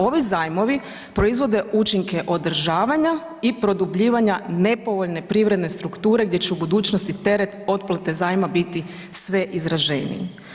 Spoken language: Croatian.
Ovi zajmovi proizvode učinke održavanja i produbljivanja nepovoljne privredne strukture gdje će u budućnosti teret otplate zajma biti sve izraženiji.